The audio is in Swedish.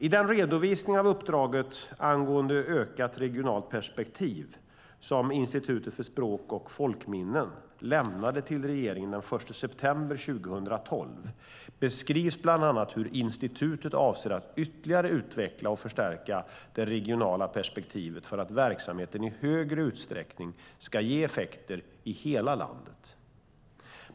I den redovisning av uppdraget angående ökat regionalt perspektiv, som Institutet för språk och folkminnen lämnade till regeringen den 1 september 2012, beskrivs bland annat hur institutet avser att ytterligare utveckla och förstärka det regionala perspektivet för att verksamheten i högre utsträckning ska ge effekter i hela landet.